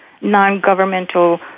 non-governmental